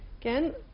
again